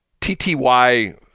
TTY